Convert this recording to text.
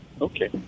Okay